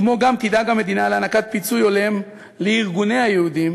כמו כן תדאג המדינה להענקת פיצוי הולם לארגוני היהודים